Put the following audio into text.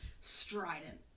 strident